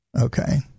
Okay